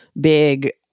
big